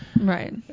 Right